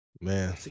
Man